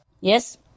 Yes